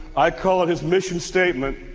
i call it his mission statement.